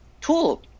tool